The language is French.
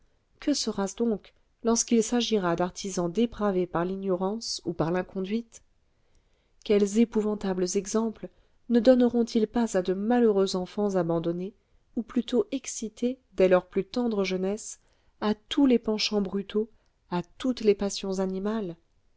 que sera-ce donc lorsqu'il s'agira d'artisans dépravés par l'ignorance ou par l'inconduite quels épouvantables exemples ne donneront ils pas à de malheureux enfants abandonnés ou plutôt excités dès leur plus tendre jeunesse à tous les penchants brutaux à toutes les passions animales